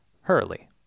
Hurley